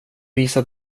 visa